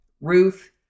Ruth